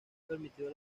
permitido